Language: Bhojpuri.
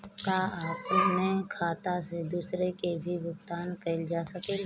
का अपने खाता से दूसरे के भी भुगतान कइल जा सके ला?